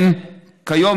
כיום